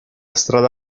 strada